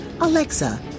Alexa